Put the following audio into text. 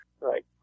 Right